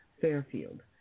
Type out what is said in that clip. Fairfield